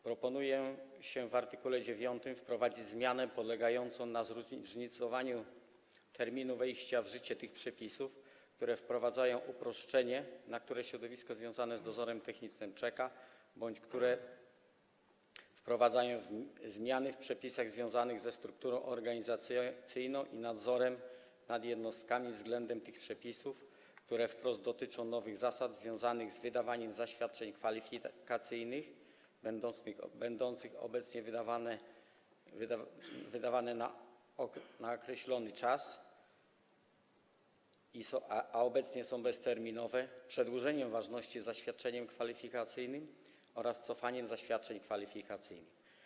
Proponuje się w art. 9 wprowadzić zmianę polegającą na zróżnicowaniu terminu wejścia w życie tych przepisów, które wprowadzają uproszczenie, na które środowisko związane z dozorem technicznym czeka, bądź które wprowadzają zmiany w przepisach związanych ze strukturą organizacyjną i nadzorem nad jednostkami względem tych przepisów, które wprost dotyczą nowych zasad związanych z wydawaniem zaświadczeń kwalifikacyjnych, które będą wydawane na określony czas, a obecnie są bezterminowe, przedłużeniem ważności zaświadczeń kwalifikacyjnych oraz cofaniem zaświadczeń kwalifikacyjnych.